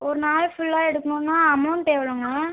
ஒரு நாள் ஃபுல்லா எடுக்கணும்னா அமௌண்ட் எவ்வளோங்க